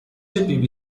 بیبی